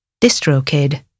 DistroKid